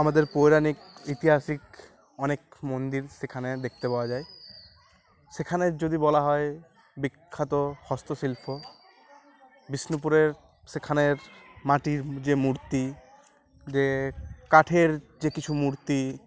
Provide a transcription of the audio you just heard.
আমাদের পৈরাণিক ইতিহাসিক অনেক মন্দির সেখানে দেখতে পাওয়া যায় সেখানে যদি বলা হয় বিখ্যাত হস্তশিল্প বিষ্ণুপুরের সেখানের মাটির যে মূর্তি যে কাঠের যে কিছু মূর্তি